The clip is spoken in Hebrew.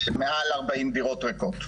מעל 40 דירות ריקות.